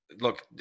Look